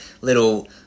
little